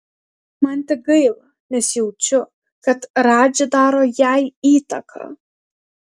man tik gaila nes jaučiu kad radži daro jai įtaką